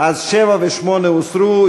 אז 7 ו-8 הוסרו.